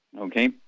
Okay